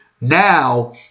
now